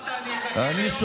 אז אמרת: אני אחכה ליום האחדות,